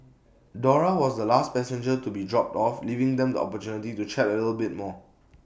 Dora was the last passenger to be dropped off leaving them the opportunity to chat A little bit more